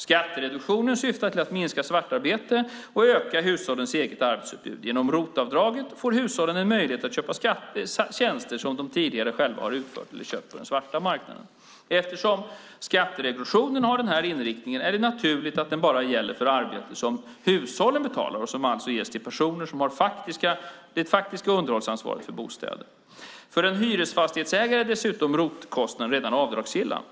Skattereduktionen syftar till att minska svartarbetet och att öka hushållens eget arbetsutbud. Genom ROT-avdraget får hushållen en möjlighet att köpa tjänster som de tidigare har utfört själva eller köpt på den svarta marknaden. Eftersom skattereduktionen har den här inriktningen är det naturligt att den bara gäller för arbete som hushållen betalar och alltså ges till personer som har det faktiska underhållsansvaret för bostaden. För en hyresfastighetsägare är dessutom ROT-kostnader redan avdragsgilla.